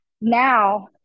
now